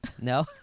No